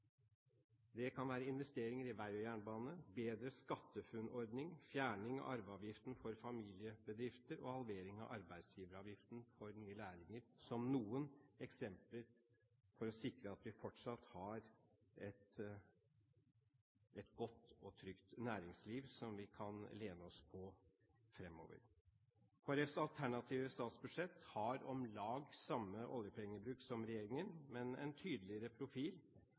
Det kan være investeringer i vei og jernbane, bedre SkatteFUNN-ordning, fjerning av arveavgiften for familiebedrifter og halvering av arbeidsgiveravgiften for nye lærlinger, som noen eksempler, for å sikre at vi fortsatt har et godt og trygt næringsliv som vi kan lene oss på fremover. Kristelig Folkepartis alternative statsbudsjett har om lag samme oljepengebruk som regjeringen, men en tydeligere profil